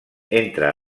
entre